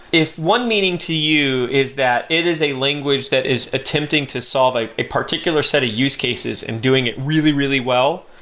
if one meaning to you is that it is a language that is attempting to solve a a particular set of use cases and doing it really, really well,